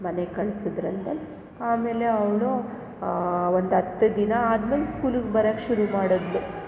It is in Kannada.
ಮನೆಗೆ ಕಳಿಸಿದರಂತೆ ಆಮೇಲೆ ಅವಳು ಒಂದು ಹತ್ತು ದಿನ ಆದ್ಮೇಲೆ ಸ್ಕೂಲ್ಗೆ ಬರೋಕೆ ಶುರು ಮಾಡಿದ್ಲು